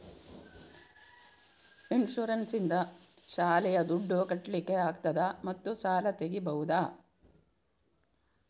Insurance ನಿಂದ ಶಾಲೆಯ ದುಡ್ದು ಕಟ್ಲಿಕ್ಕೆ ಆಗ್ತದಾ ಮತ್ತು ಸಾಲ ತೆಗಿಬಹುದಾ?